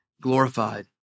glorified